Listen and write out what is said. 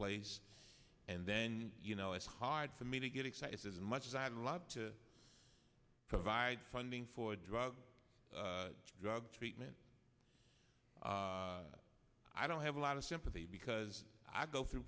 place and then you know it's hard for me to get excited as much as i'd love to provide funding for drug drug treatment i don't have a lot of sympathy because i go through